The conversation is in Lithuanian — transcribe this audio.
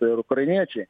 ir ukrainiečiai